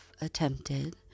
attempted